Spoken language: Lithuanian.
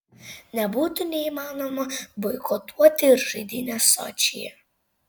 nebūtų neįmanoma boikotuoti ir žaidynes sočyje